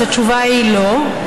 אז התשובה היא לא.